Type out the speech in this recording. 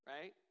Right